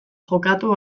jokatu